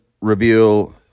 reveal